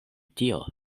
tio